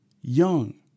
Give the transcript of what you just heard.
young